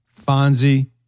Fonzie